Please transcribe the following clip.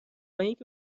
اینکه